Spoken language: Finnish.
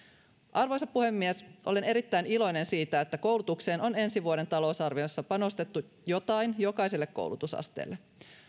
arvoisa puhemies olen erittäin iloinen siitä että koulutukseen on ensi vuoden talousarviossa panostettu jotain jokaiselle koulutusasteelle